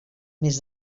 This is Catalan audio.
més